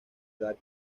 edad